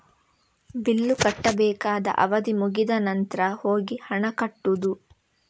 bill ಕಟ್ಟಬೇಕಾದ ಅವಧಿ ಮುಗಿದ ನಂತ್ರ ಹೋಗಿ ಹಣ ಕಟ್ಟುದು